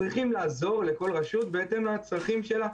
צריכים לעזור לכל רשות בהתאם לצרכים שלה,